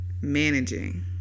managing